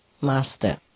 master